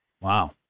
Wow